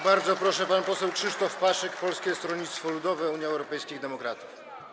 Bardzo proszę, pan poseł Krzysztof Paszyk, Polskie Stronnictwo Ludowe - Unia Europejskich Demokratów.